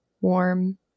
warm